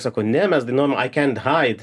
sako ne mes dainuojam i cant hide